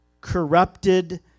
corrupted